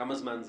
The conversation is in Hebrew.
כמה זמן זה?